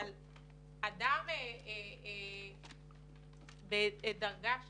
אבל אדם בדרגה שלו,